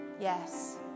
yes